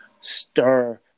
stir